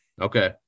Okay